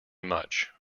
much